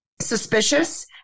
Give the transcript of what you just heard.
suspicious